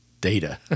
data